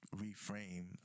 reframe